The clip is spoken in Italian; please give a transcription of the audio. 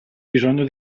bisogno